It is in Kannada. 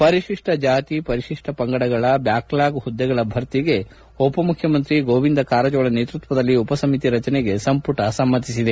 ಪರಿಶಿಷ್ಟ ಜಾತಿ ಪರಿಶಿಷ್ಟ ಪಂಗಡಗಳ ಬ್ವಾಕ್ಲ್ಲಾಗ್ ಹುದ್ದೆಗಳ ಭರ್ತಿಗೆ ಉಪಮುಖ್ಯಮಂತ್ರಿ ಗೋವಿಂದ ಕಾರಜೋಳ ನೇತೃತ್ವದಲ್ಲಿ ಉಪಸಮಿತಿ ರಚನೆಗೆ ಸಂಪುಟ ಸಮ್ಮತಿಸಿದೆ